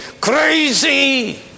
Crazy